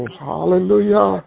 hallelujah